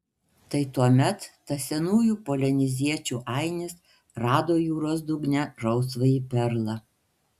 tai tuomet tas senųjų polineziečių ainis rado jūros dugne rausvąjį perlą